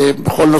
השר לביטחון פנים.